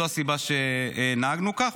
זאת הסיבה שנהגנו כך.